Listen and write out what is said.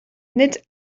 nid